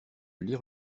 lire